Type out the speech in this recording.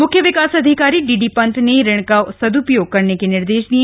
मुख्य विकास अधिकारी डीडी पंत ने ऋण का सदपयोग करने के निर्देश दिए